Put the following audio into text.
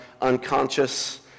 unconscious